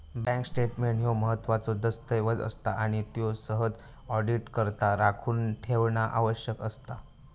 bank statement ह्यो महत्त्वाचो दस्तऐवज असता आणि त्यो सहसा ऑडिटकरता राखून ठेवणा आवश्यक असता